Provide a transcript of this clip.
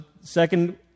second